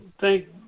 thank